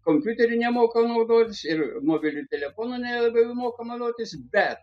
kompiuteriu nemoka naudotis ir mobiliu telefonu nelabai moka naudotis bet